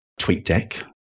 TweetDeck